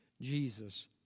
Jesus